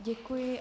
Děkuji.